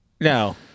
No